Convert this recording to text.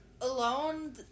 alone